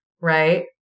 right